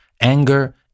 anger